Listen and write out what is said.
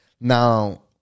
Now